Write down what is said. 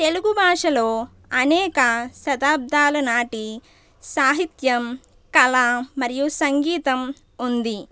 తెలుగుభాషలో అనేక శతాబ్దాలనాటి సాహిత్యం కళ మరియు సంగీతం ఉంది